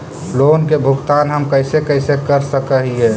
Loan के भुगतान हम कैसे कैसे कर सक हिय?